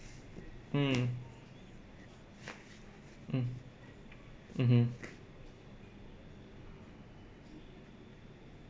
mm mm mmhmm